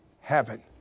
Heaven